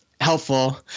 helpful